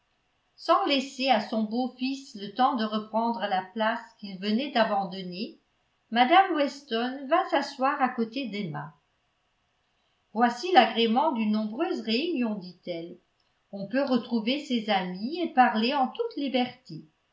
sans laisser à son beau-fils le temps de reprendre la place qu'il venait d'abandonner mme weston vint s'asseoir à côté d'emma voici l'agrément d'une nombreuse réunion dit-elle on peut retrouver ses amis et parler en toute liberté